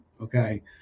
okay